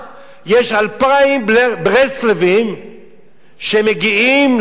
2,000 ברסלבים מגיעים לבקו"ם.